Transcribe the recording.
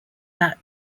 that